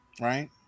right